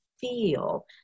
feel